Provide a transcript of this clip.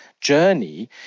journey